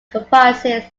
comprises